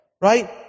Right